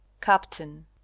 captain